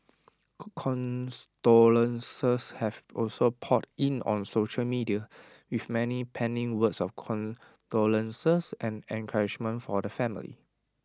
condolences have also poured in on social media with many penning words of condolences and encouragement for the family